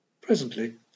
Presently